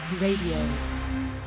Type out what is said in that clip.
Radio